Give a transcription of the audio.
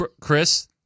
Chris –